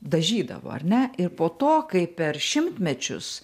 dažydavo ar ne ir po to kai per šimtmečius